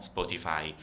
Spotify